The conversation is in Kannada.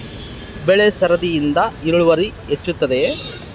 ಬೆಳೆ ಸರದಿಯಿಂದ ಇಳುವರಿ ಹೆಚ್ಚುತ್ತದೆಯೇ?